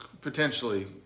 potentially